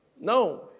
No